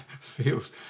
feels